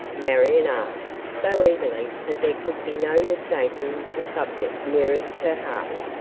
marion asked, so eagerly that there could be no mistaking the subject nearest her heart.